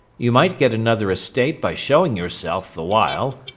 you might get another estate by showing yourself, the while.